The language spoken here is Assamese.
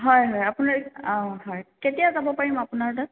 হয় হয় আপোনাৰ অঁ হয় কেতিয়া যাব পাৰিম আপোনাৰ তাত